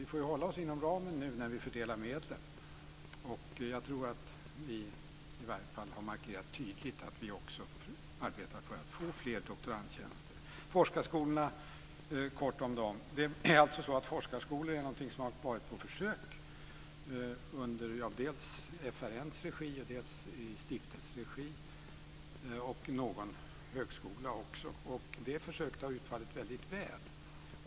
Vi får hålla oss inom ramen nu när vi fördelar medlen. Jag tror att vi i varje fall har markerat tydligt att vi också arbetar för att få fler doktorandtjänster. Kort om forskarskolorna. Det är alltså så att forskarskolorna är någonting som har varit på försök dels i FRN:s regi, dels i stiftelseregi - någon högskola också. Det försöket har utfallit väldigt väl.